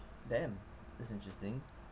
damn that's interesting